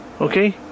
Okay